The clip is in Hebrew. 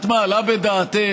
את מעלה בדעתך